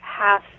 half-